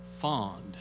Fond